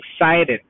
excited